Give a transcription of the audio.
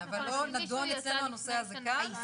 אבל לא נדון אצלנו הנושא הזה כאן,